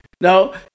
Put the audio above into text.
No